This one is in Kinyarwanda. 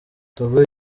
togo